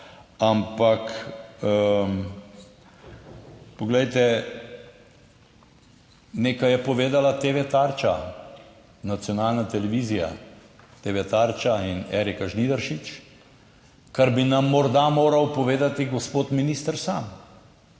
ampak poglejte, nekaj je povedala TV Tarča, nacionalna televizija, TV Tarča in Erika Žnidaršič, kar bi nam morda moral povedati gospod minister sam.